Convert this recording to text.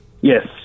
Yes